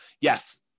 yes